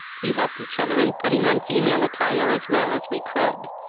we helped each other in putting on female attire as well as we could,